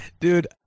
Dude